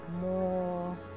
more